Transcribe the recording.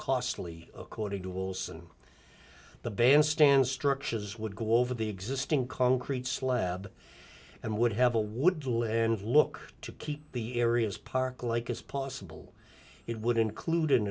costly according to rules and the bandstand structures would go over the existing concrete slab and would have a would lend look to keep the areas park like as possible it would include an